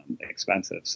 expensive